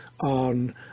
on